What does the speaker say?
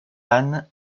anne